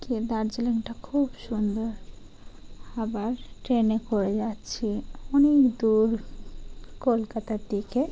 গিয়ে দার্জিলিংটা খুব সুন্দর আবার ট্রেনে করে যাচ্ছি অনেক দূর কলকাতার দিকে